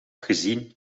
gezien